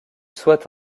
soit